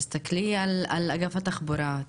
תסתכלי על אגף התחבורה,